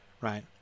right